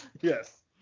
yes